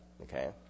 okay